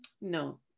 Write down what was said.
no